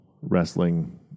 wrestling